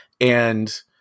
and-